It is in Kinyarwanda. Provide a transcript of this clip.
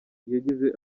yagize